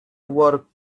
work